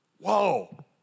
Whoa